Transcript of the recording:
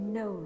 no